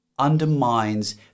Undermines